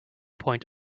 point